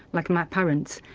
like my parents,